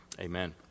Amen